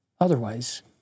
otherwise